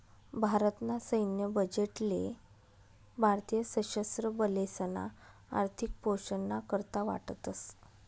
भारत ना सैन्य बजेट ले भारतीय सशस्त्र बलेसना आर्थिक पोषण ना करता वाटतस